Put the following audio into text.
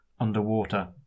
Underwater